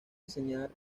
enseñar